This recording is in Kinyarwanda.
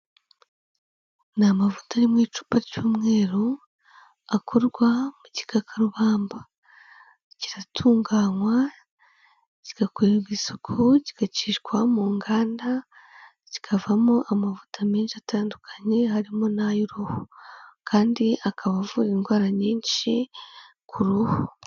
Ni amavuta ari mu icupa cy'umweru akorwa mu gikakarubamba. Kiratunganywa, kigakorerwa isuku, kigacishwa mu nganda, kikavamo amavuta menshi atandukanye harimo n'ay'uruhu kandi akaba avura indwara nyinshi ku ruhu.